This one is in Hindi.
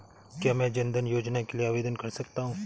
क्या मैं जन धन योजना के लिए आवेदन कर सकता हूँ?